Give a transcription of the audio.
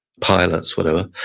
pilots, whatever,